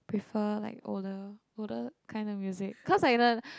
prefer like older older kind of music cause like the